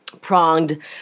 pronged